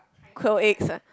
quail eggs ah